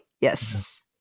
Yes